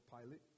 Pilate